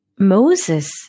Moses